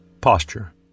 Posture